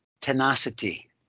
tenacity